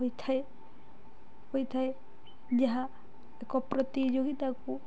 ହୋଇଥାଏ ହୋଇଥାଏ ଯାହା ଏକ ପ୍ରତିଯୋଗିତାକୁ